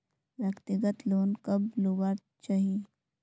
व्यक्तिगत लोन कब लुबार चही?